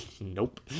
Nope